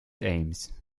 aims